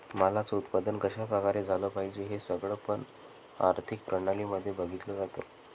मालाच उत्पादन कशा प्रकारे झालं पाहिजे हे सगळं पण आर्थिक प्रणाली मध्ये बघितलं जातं